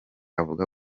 avuga